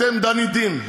אתם דנידין,